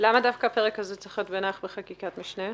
למה דווקא הפרק הזה צריך להיות בחקיקת משנה?